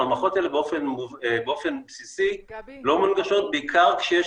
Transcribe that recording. המערכות האלה באופן בסיסי לא מונגשות בעיקר כשיש